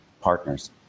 partners